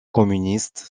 communiste